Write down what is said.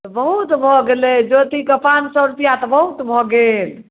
बहुत भऽ गेलै ज्योतिके पाँच सए रूपैआ तऽ बहुत भऽ गेल